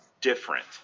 different